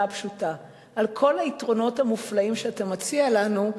הפשוטה: עם כל היתרונות המופלאים שאתה מציע לנו,